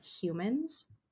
humans